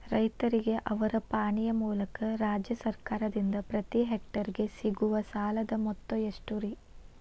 ರೈತರಿಗೆ ಅವರ ಪಾಣಿಯ ಮೂಲಕ ರಾಜ್ಯ ಸರ್ಕಾರದಿಂದ ಪ್ರತಿ ಹೆಕ್ಟರ್ ಗೆ ಸಿಗುವ ಸಾಲದ ಮೊತ್ತ ಎಷ್ಟು ರೇ?